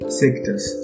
sectors